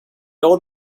old